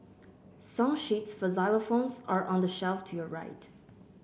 song sheets for xylophones are on the shelf to your right